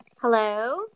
Hello